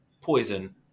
poison